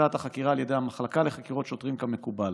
מבוצעת החקירה על ידי המחלקה לחקירות שוטרים כמקובל.